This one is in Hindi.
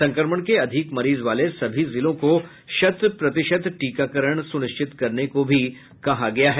संक्रमण के अधिक मरीज वाले सभी जिलों को शत प्रतिशत टीकाकरण सुनिश्चित करने को भी कहा गया है